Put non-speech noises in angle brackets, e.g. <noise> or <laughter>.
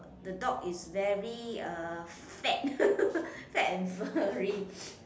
the dog is very uh fat <laughs> fat and furry